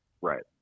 Right